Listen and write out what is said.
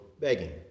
begging